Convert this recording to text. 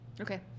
Okay